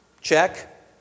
Check